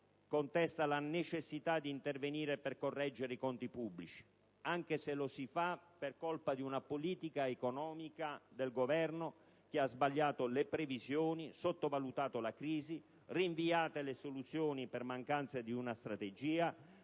contesta la necessità di intervenire per correggere i conti pubblici, anche se lo si fa per colpa di una politica economica del Governo che ha sbagliato le previsioni, sottovalutato la crisi, rinviato le soluzioni per mancanza di una strategia,